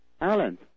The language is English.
Alan